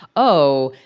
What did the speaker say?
oh,